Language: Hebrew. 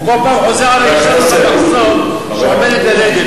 הוא כל פעם חוזר על האשה הזאת במחסום שעומדת ללדת.